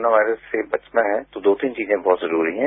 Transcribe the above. corona virus से बचना है तो दो तीन चीजें बहुत जरूरी हैं